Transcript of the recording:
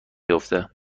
افته